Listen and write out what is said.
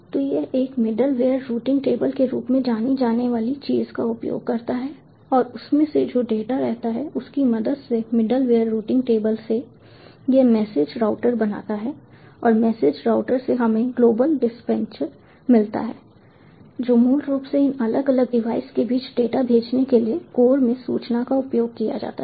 तो यह एक मिडवेवेयर रूटिंग टेबल के रूप में जानी जाने वाली चीज़ का उपयोग करता है और उसमें से जो डेटा रहता है उसकी मदद से मिडलवेयर रूटिंग टेबल से यह मैसेज राउटर बनाता है और मैसेज राउटर से हमें ग्लोबल डिस्पैचर मिलता है जो मूल रूप से इन अलग अलग डिवाइस के बीच डेटा भेजने के लिए कोर में सूचना का उपयोग किया जाता है